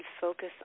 focus